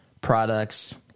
products